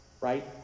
right